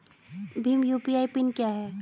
Bhim UPI pin क्या है?